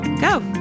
Go